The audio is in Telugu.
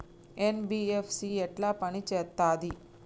ఎన్.బి.ఎఫ్.సి ఎట్ల పని చేత్తది?